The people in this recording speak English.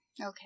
Okay